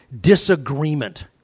disagreement